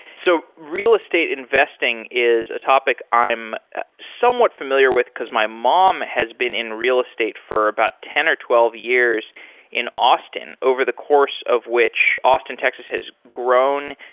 so real estate investing is a topic i'm somewhat familiar with because my mom has been in real estate for about ten or twelve years in austin over the course of which austin, texas has grown.